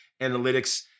analytics